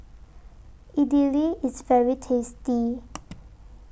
Idili IS very tasty